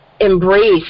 embrace